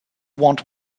want